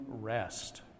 rest